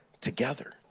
together